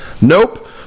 Nope